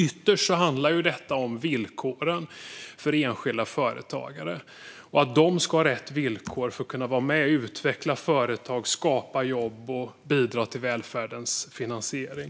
Ytterst handlar detta om villkoren för enskilda företagare, att de ska ha rätt villkor för att kunna vara med och utveckla företag, skapa jobb och bidra till välfärdens finansiering.